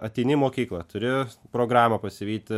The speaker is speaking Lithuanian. ateini į mokyklą turi programą pasivyti